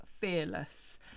Fearless